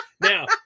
Now